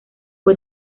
fue